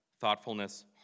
thoughtfulness